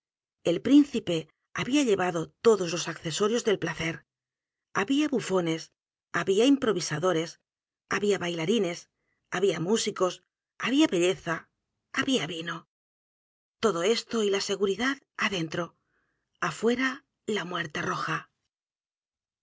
el príncipe había llevado todos los accesorios del placer había bufones había i m p r o visadores había bailarines había músicos había belleza había vino todo esto y la seguridad adentro afuera la muerte roja